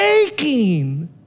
aching